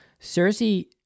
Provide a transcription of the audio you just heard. Cersei